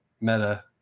Meta